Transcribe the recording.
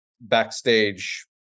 backstage